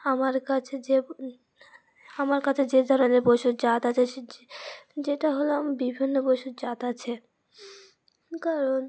আমার কাছে যে আমার কাছে যে ধরনের পশুর জাত আছে সে যেটা হল বিভিন্ন পশুর জাত আছে কারণ